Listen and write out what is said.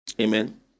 Amen